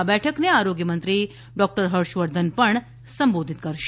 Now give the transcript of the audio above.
આ બેઠકને આરોગ્યમંત્રી ડોક્ટર ફર્ષવર્ધન પણ સંબોધિત કરશે